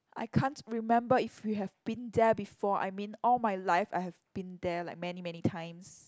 I can't remember if we have been there before I mean all my life I have been there like many many times